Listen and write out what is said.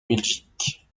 belgique